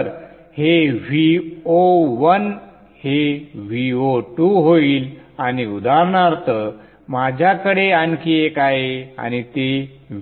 तर हे Vo1हे Vo2होईल आणि उदाहरणार्थ माझ्याकडे आणखी एक आहे आणि ते